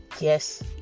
Yes